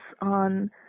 on